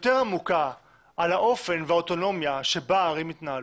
יותר עמוקה על האופן והאוטונומיה שבה ערים יתנהלו?